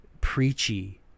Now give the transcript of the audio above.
preachy